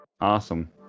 awesome